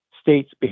state's